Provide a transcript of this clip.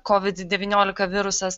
covid devyniolika virusas